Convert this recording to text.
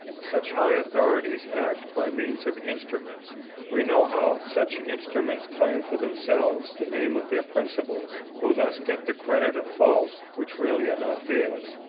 such high authorities act by means of instruments we know how such instruments claim for themselves the name of their principals, who thus get the credit of faults which really are not theirs.